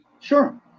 Sure